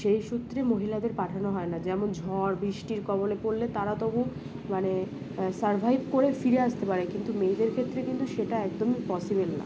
সেই সূত্রে মহিলাদের পাঠানো হয় না যেমন ঝড় বৃষ্টির কবলে পড়লে তারা তবু মানে সার্ভাইভ করে ফিরে আসতে পারে কিন্তু মেয়েদের ক্ষেত্রে কিন্তু সেটা একদমই পসিবেল না